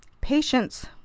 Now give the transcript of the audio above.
Patience